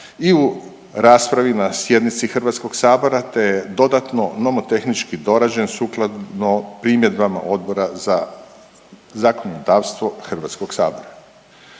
i u raspravi na sjednici Hrvatskog sabora te dodatno nomotehnički dorađen sukladno primjedbama Odbora za zakonodavstvo Hrvatskog sabora.